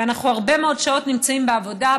ואנחנו הרבה מאוד שעות נמצאים בעבודה,